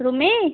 Rumi